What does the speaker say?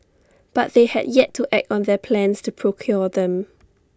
but they had yet to act on their plans to procure them